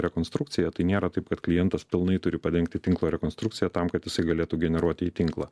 rekonstrukcija tai nėra taip kad klientas pilnai turi padengti tinklo rekonstrukciją tam kad jisai galėtų generuoti į tinklą